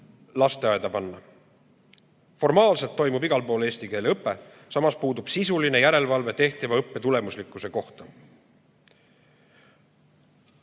lasteaeda panna. Formaalselt toimub igal pool eesti keele õpe, samas puudub sisuline järelevalve tehtava õppe tulemuslikkuse kohta.